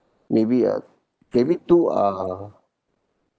maybe uh maybe too uh